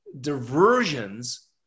diversions